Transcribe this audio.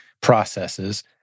processes